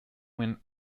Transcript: went